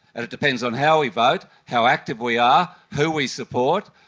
it depends on how we vote, how active we are, who we support.